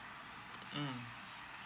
mm